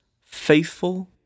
Faithful